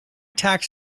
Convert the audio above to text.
tax